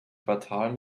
quartal